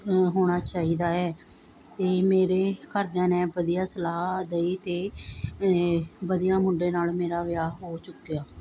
ਹੋਣਾ ਚਾਹੀਦਾ ਹੈ ਅਤੇ ਮੇਰੇ ਘਰਦਿਆਂ ਨੇ ਵਧੀਆ ਸਲਾਹ ਦਿੱਤੀ ਅਤੇ ਵਧੀਆ ਮੁੰਡੇ ਨਾਲ ਮੇਰਾ ਵਿਆਹ ਹੋ ਚੁੱਕਿਆ